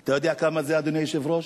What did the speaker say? אתה יודע כמה זה, אדוני היושב-ראש?